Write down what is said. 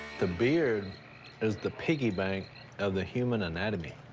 the beard is the piggy bank of the human anatomy.